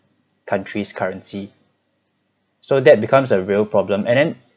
country's currency so that becomes a real problem and then